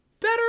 better